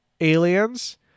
aliens